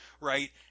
right